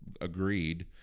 agreed